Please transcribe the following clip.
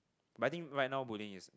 but I think right now bullying is